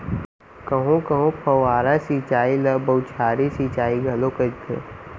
कहूँ कहूँ फव्वारा सिंचई ल बउछारी सिंचई घलोक कहिथे